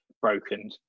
broken